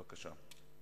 בבקשה.